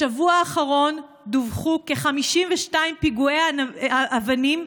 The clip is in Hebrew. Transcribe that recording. בשבוע האחרון דווחו כ-52 פיגועי אבנים,